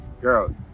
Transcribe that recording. girl